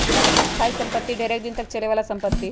स्थाइ सम्पति ढेरेक दिन तक चले बला संपत्ति हइ